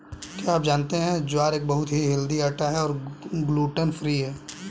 क्या आप जानते है ज्वार एक बहुत ही हेल्दी आटा है और ग्लूटन फ्री है?